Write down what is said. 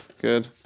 good